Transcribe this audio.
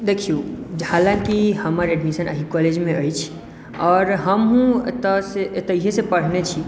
देखियौ हालांकि हमर एडमिशन एहि कॉलेज मे अछि आओर हमहु एतै एतेहिसँ पढ़ने छी